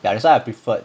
that's why I prefer